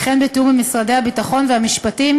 וכן בתיאום עם משרדי הביטחון והמשפטים.